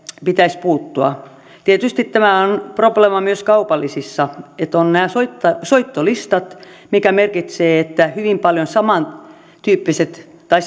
pitäisi puuttua tietysti tämä on probleema myös kaupallisissa että on nämä soittolistat soittolistat mitkä merkitsevät sitä että hyvin paljon samantyyppiset tai